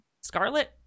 scarlet